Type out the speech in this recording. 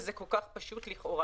וזה כל כך פשוט לכאורה,